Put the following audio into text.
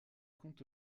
compte